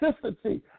consistency